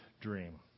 dream